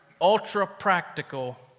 ultra-practical